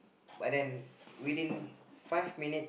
but then within five minute